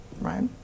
right